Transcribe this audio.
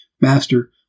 Master